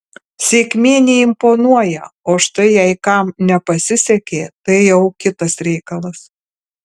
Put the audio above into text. sėkmė neimponuoja o štai jei kam nepasisekė tai jau kitas reikalas